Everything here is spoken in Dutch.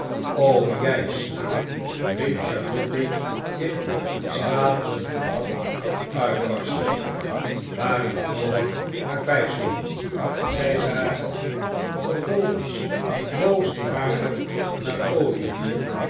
o jij snaak riep charlotte in een schaterend gelach uitbarstende waarin noach haar bijstond zij zagen vervolgens boosaardig naar